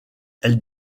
elle